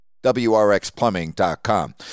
WRXplumbing.com